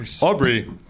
Aubrey